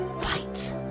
fights